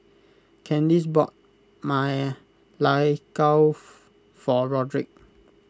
Candis bought Ma Lai Gao for Rodrick